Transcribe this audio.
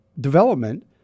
development